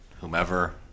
whomever